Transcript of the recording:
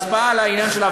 הצבעה על העניין של,